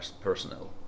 personnel